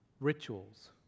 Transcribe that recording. rituals